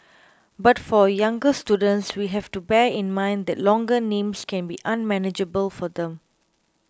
but for younger students we have to bear in mind that longer names can be unmanageable for them